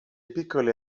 piccole